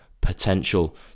potential